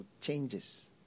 changes